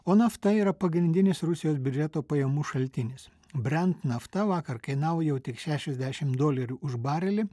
o nafta yra pagrindinis rusijos biudžeto pajamų šaltinis brent nafta vakar kainavo jau tik šešiasdešimt dolerių už barelį